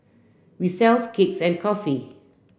we sells cakes and coffee